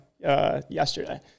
yesterday